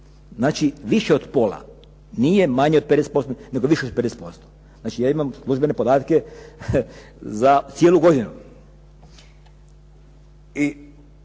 Znači više od pola, nije manje od 50%, nego više od 50%. Znači ja imam službene podatke za cijelu godinu.